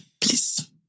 Please